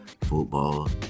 football